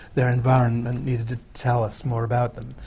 their environment needed to tell us more about them.